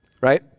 Right